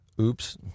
oops